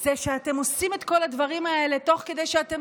זה שאתם עושים את כל הדברים האלה תוך כדי שאתם